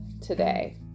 today